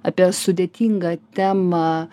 apie sudėtingą temą